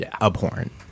abhorrent